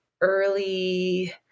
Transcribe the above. early